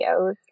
videos